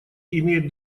имеет